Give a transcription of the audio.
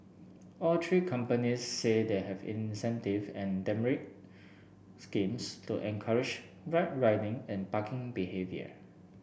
all three companies say they have incentive and demerit schemes to encourage right riding and parking behaviour